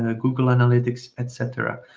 ah google analytics, et cetera.